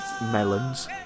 melons